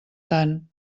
tant